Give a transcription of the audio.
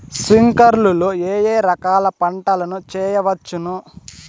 స్ప్రింక్లర్లు లో ఏ ఏ రకాల పంటల ను చేయవచ్చును?